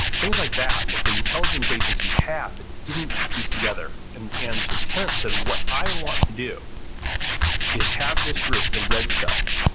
things like that that the intelligence agencies have, but didn't piece together. and and so, tenet said, what i want to do is have this group, the red cell,